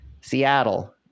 Seattle